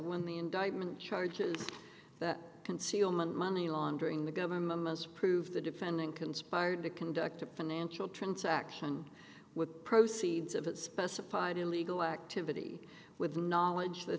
when the indictment charges that concealment money laundering the government must prove the defending conspired to conduct a financial transaction with proceeds of a specified illegal activity with knowledge the